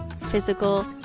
physical